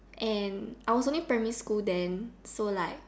and I was only primary school then so like